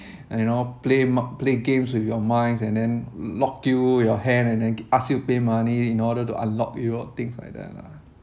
you know play mi~ play games with your minds and then lock you your hand and then ask you pay money in order to unlock you things like that lah